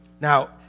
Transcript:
Now